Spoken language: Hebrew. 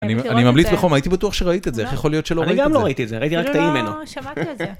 אני ממליץ בחום, הייתי בטוח שראית את זה איך יכול להיות שלא ראיתי את זה ראיתי רק את האמנה.